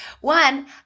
One